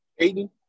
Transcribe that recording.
Aiden